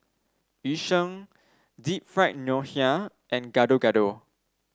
Yu Sheng Deep Fried Ngoh Hiang and Gado Gado